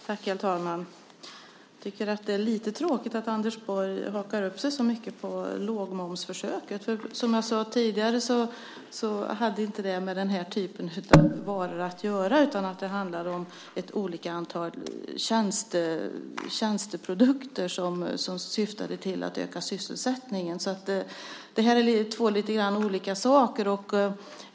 Herr talman! Jag tycker att det är lite tråkigt att Anders Borg hakar upp sig så mycket på lågmomsförsöket. Som jag sade tidigare hade inte det med den här typen av varor att göra. Det handlade om ett antal olika tjänsteprodukter som syftade till att öka sysselsättningen. Det här är två lite olika saker.